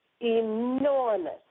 enormous